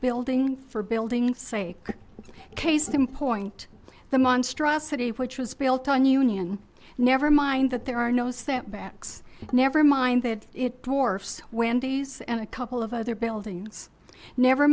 building for buildings sake case in point the monstrosity which was built on union never mind that there are knows that backs never mind that wendy's and a couple of other buildings never